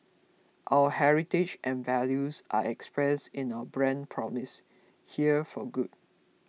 our heritage and values are expressed in our brand promise here for good